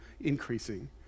increasing